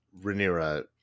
Rhaenyra